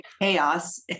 chaos